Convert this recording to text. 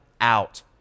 out